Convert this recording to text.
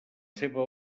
seva